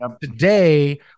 today